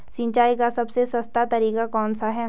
सिंचाई का सबसे सस्ता तरीका कौन सा है?